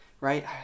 right